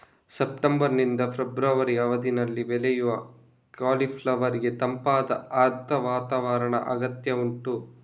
September ನಿಂದ February ಅವಧಿನಲ್ಲಿ ಬೆಳೆಯುವ ಕಾಲಿಫ್ಲವರ್ ಗೆ ತಂಪಾದ ಆರ್ದ್ರ ವಾತಾವರಣದ ಅಗತ್ಯ ಉಂಟು